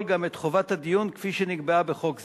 גם את חובת הדיון כפי שנקבעה בחוק זה.